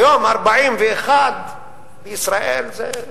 היום, 41 בישראל זה,